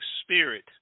spirit